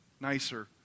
nicer